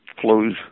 flows